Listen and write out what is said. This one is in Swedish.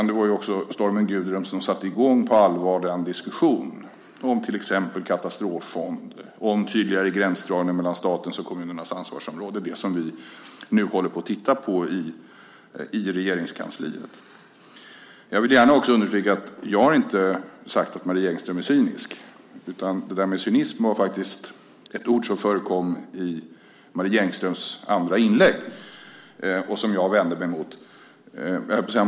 Det var också stormen Gudrun som på allvar satte i gång diskussionen om till exempel katastroffond och om tydligare gränsdragning mellan statens och kommunernas ansvarsområden - det som vi nu håller på att titta på i Regeringskansliet. Jag vill gärna också understryka att jag inte har sagt att Marie Engström är cynisk. Det där med cynism var faktiskt ett ord som förekom i Marie Engströms andra inlägg och som jag vände mig emot.